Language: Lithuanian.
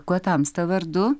kuo tamsta vardu